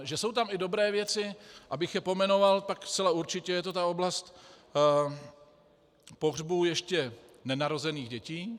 Že jsou tam i dobré věci, abych je pojmenoval, tak zcela určitě je to oblast pohřbů ještě nenarozených dětí.